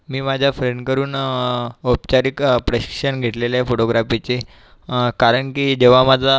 मी माझ्या फ्रेंडकरून औपचारिक प्रशिक्षण घेतेलेले आहे फोटोग्राफीचे कारण की जेव्हा माझा